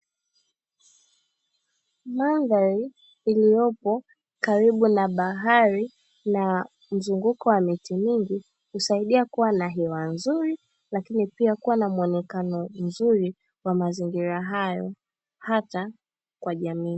Mandhari iliyopo karibu na bahari na mzunguko wa miti mingi, husaidia kuwa na hewa nzuri lakini pia kuwa na muonekano mzuri kwa mazingira hayo hata kwa jamii.